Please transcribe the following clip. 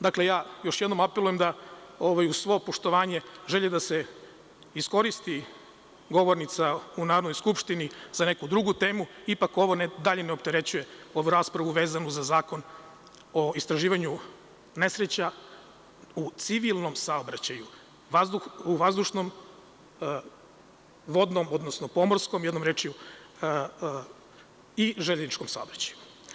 Dakle, još jednom apelujem, uz svo poštovanje želje da se iskoristi govornica u Narodnoj skupštini za neku drugu temu, da ipak ovo dalje ne opterećuje ovu raspravu vezanu za Zakon o istraživanju nesreća u civilnom saobraćaju, u vazdušnom, vodnom, odnosno pomorskom i železničkom saobraćaju.